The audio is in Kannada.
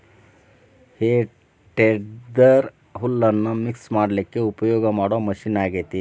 ಹೇ ಟೆಡ್ದೆರ್ ಹುಲ್ಲನ್ನ ಮಿಕ್ಸ್ ಮಾಡ್ಲಿಕ್ಕೆ ಉಪಯೋಗ ಮಾಡೋ ಮಷೇನ್ ಆಗೇತಿ